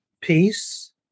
peace